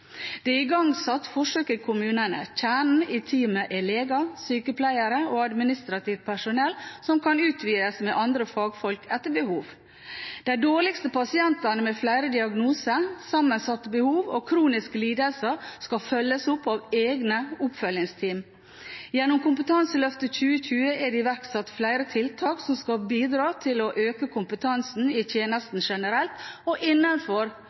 Det er igangsatt forsøk i kommunene. Kjernen i teamet er lege, sykepleier og administrativt personell, som kan utvides med andre fagfolk etter behov. De dårligste pasientene med flere diagnoser, sammensatte behov og kroniske lidelser skal følges opp av egne oppfølgingsteam. Gjennom Kompetanseløft 2020 er det iverksatt flere tiltak som skal bidra til å øke kompetansen i tjenestene generelt, og innenfor